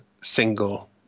single